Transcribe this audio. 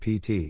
PT